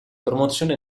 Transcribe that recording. promozione